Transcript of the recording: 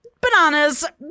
bananas